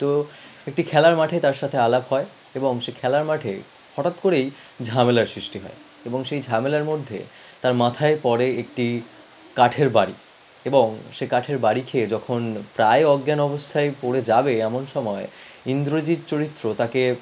তো একটি খেলার মাঠে তার সাথে আলাপ হয় এবং সেই খেলার মাঠে হঠাৎ করেই ঝামেলার সৃষ্টি হয়ে এবং সেই ঝামেলার মধ্যে তার মাথায় পড়ে একটি কাঠের বারি এবং সেই কাঠের বারি খেয়ে যখন প্রায় অজ্ঞান অবস্থায় পড়ে যাবে এমন সময় ইন্দ্রজিৎ চরিত্র তাকে